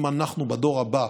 אם אנחנו בדור הבא